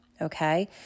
Okay